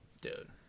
dude